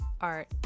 art